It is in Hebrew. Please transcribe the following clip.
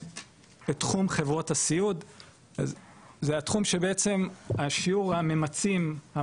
זה התחום שבעצם השיעור הממצים המלא הוא הנמוך ביותר 69%,